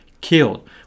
killed